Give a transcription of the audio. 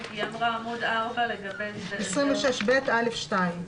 סעיף 26ב(א)(2).